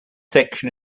section